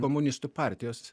komunistų partijos